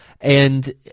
And-